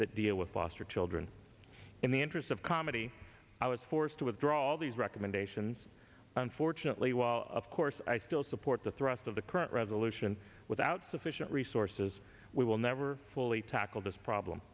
that deal with foster children in the interest of comedy i was forced to withdraw all these recommendations unfortunately while of course i still support the thrust of the current resolution without sufficient resources we will never fully tackle this problem